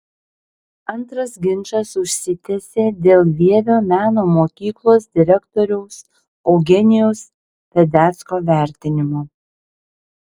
antras ginčas užsitęsė dėl vievio meno mokyklos direktoriaus eugenijaus vedecko vertinimo